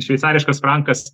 šveicariškas frankas